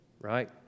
right